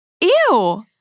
Ew